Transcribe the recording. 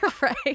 right